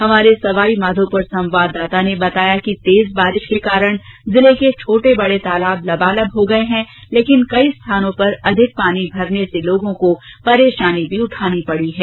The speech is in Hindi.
हमारे सवाईमाधोपुर संवाददाता ने बताया कि तेज वर्षा के कारण जिले के छोटे बडे तालाब लबालब हो गए हैं लेकिन कई स्थानों पर अधिक पानी भरने से लोगों को परेशानी भी उठानी पड़ रही है